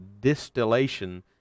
distillation